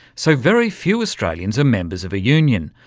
so, very few australians are members of a union,